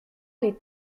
les